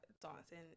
dancing